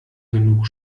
genug